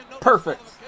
Perfect